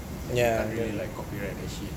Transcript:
like you can't really copyright that shit